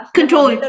Control